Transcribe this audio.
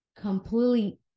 completely